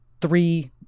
three